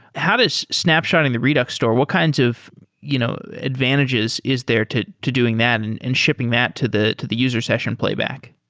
how does snapshotting the redux store? what kinds of you know advantages is there to to doing that and and shipping that to the to the user session playback?